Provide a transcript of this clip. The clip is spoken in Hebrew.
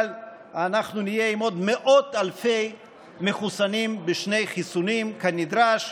אבל אנחנו נהיה עם עוד מאות אלפי מחוסנים בשני חיסונים כנדרש,